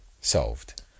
solved